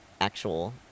actual